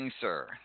sir